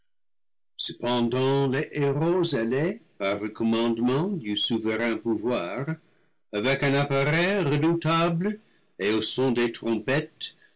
cependant les hérauts ailés par le commandement du souverain pouvoir avec un appareil redoutable et au son des trompettes